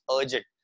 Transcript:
urgent